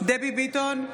דבי ביטון,